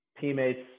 teammates